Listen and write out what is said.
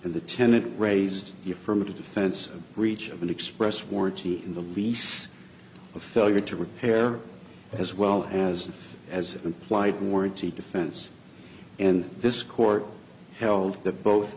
and the tenant raised the affirmative defense of breach of an express warranty in the lease a failure to repair as well as as implied warranty defense and this court held that both